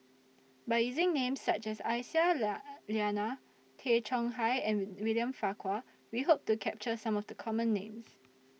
By using Names such as Aisyah Lyana Tay Chong Hai and when William Farquhar We Hope to capture Some of The Common Names